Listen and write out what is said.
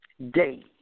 day